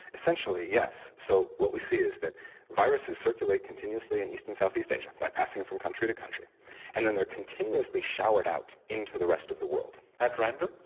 essentially yes, so what we see is that viruses circulate continuously in east and south-east asia by passing from country to country and then they are continuously showered out into the rest of the world. at random?